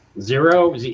zero